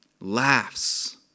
laughs